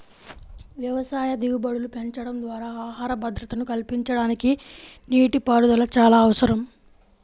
వ్యవసాయ దిగుబడులు పెంచడం ద్వారా ఆహార భద్రతను కల్పించడానికి నీటిపారుదల చాలా అవసరం